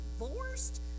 divorced